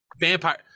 vampire